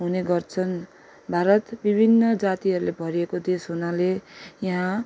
हुने गर्छन् भारत विभिन्न जातिहरूले भरिएको देश हुनाले यहाँ